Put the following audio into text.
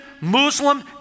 Muslim